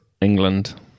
England